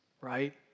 right